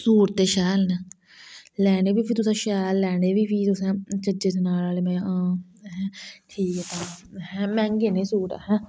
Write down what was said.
सू'ट ते शैल ना लै ने बी तुसें शैल ते लैने बी फ्ही तुसें